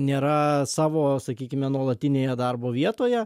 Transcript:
nėra savo sakykime nuolatinėje darbo vietoje